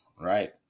right